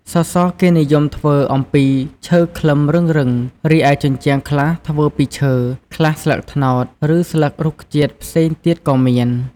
សសរគេនិយមធ្វើអំពីឈើខ្លឹមរឹងៗ រីឯជញ្ជាំងខ្លះធ្វើពីឈើ ខ្លះស្លឹកត្នោត ឬស្លឹករុក្ខជាតិផ្សេងទៀតក៏មាន។